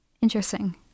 Interesting